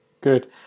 Good